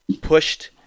pushed